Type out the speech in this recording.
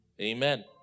Amen